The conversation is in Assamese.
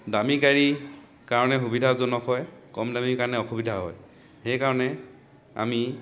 দামী গাড়ী কাৰণে সুবিধাজনক হয় কম দামী কাৰণে অসুবিধা হয় সেইকাৰণে আমি